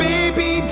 Baby